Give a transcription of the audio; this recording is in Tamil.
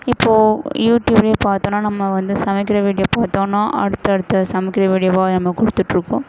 இப்போது யூடியூப்பில் பார்த்தோன்னா நம்ம வந்து சமைக்கிற வீடியோ பார்த்தோன்னா அடுத்த அடுத்த சமைக்கிற வீடியோவாக அது நமக்கு கொடுத்துட்ருக்கும்